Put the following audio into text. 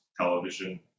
television